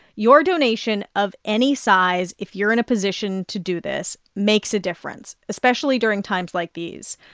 your donation of any size, if you're in a position to do this, makes a difference, especially during times like these.